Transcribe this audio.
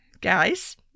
Guys